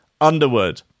underwood